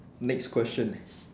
next question